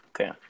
Okay